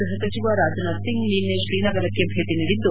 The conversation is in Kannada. ಗೃಪ ಸಚಿವ ರಾಜನಾಥ್ ಸಿಂಗ್ ನಿನ್ನೆ ಶ್ರೀನಗರಕ್ಕೆ ಭೇಟಿ ನೀಡಿದ್ದು